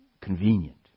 convenient